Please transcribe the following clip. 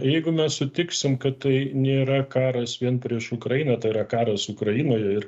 jeigu mes sutiksim kad tai nėra karas vien prieš ukrainą tai yra karas ukrainoje ir